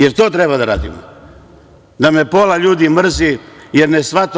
Da li to treba da radimo, da me pola ljudi mrzi, jer ne shvataju.